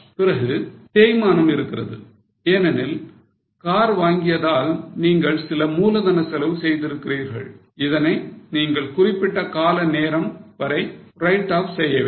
பிறகு தேய்மானம் இருக்கிறது ஏனெனில் கார் வாங்கியதால் நீங்கள் சில மூலதனச் செலவு செய்திருக்கிறீர்கள் இதனை நீங்கள் குறிப்பிட்ட கால நேரம் வரை write off செய்ய வேண்டும்